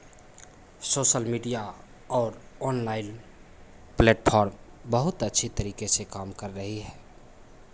social media और online platform बहुत अच्छी तरीके से काम कर रही है